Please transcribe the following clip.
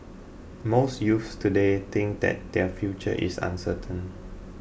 most youths today think that their future is uncertain